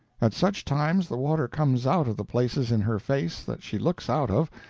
at such times the water comes out of the places in her face that she looks out of,